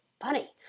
funny